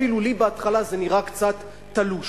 אפילו לי בהתחלה זה נראה קצת תלוש.